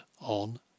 on